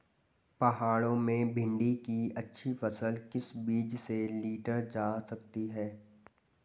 पहाड़ों में भिन्डी की अच्छी फसल किस बीज से लीटर जा सकती है?